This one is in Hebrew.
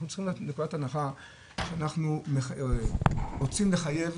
אנחנו יוצאים מנקודת הנחה שאנחנו רוצים לחייב,